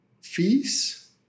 fees